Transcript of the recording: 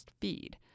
feed